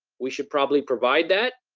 we should probably provide that.